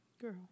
Girl